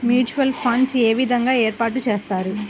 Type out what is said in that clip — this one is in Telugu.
మ్యూచువల్ ఫండ్స్ ఏ విధంగా ఏర్పాటు చేస్తారు?